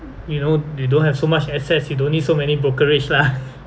you know you don't have so much access you don't need so many brokerage lah